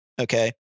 Okay